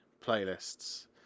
Playlists